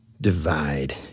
divide